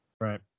right